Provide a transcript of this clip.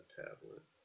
tablet